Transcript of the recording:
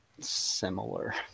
similar